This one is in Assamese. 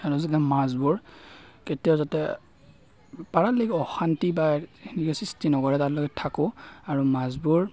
আৰু যাতে মাছবোৰ কেতিয়াও যাতে পাৰালৈকে অশান্তি বা সৃষ্টি নকৰে তালৈকে থাকো আৰু মাছবোৰ